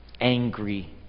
angry